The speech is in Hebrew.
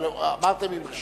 אבל אמרתם: זה עם שאיפה,